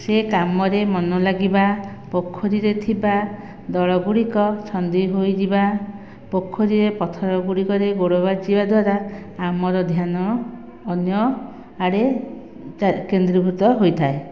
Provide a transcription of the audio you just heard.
ସେ କାମରେ ମନ ଲାଗିବା ପୋଖରୀ ରେ ଥିବା ଦଳ ଗୁଡ଼ିକ ଛନ୍ଦି ହୋଇଯିବା ପୋଖରୀ ରେ ପଥର ଗୁଡିକରେ ଗୋଡ଼ ବାଜିବା ଦ୍ବାରା ଆମର ଧ୍ୟାନ ଅନ୍ୟ ଆଡ଼େ ତା କେନ୍ଦ୍ରୀଭୂତ ହୋଇଥାଏ